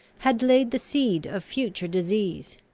had laid the seed of future disease.